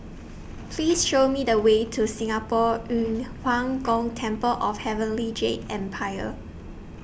Please Show Me The Way to Singapore Yu Huang Gong Temple of Heavenly Jade Empire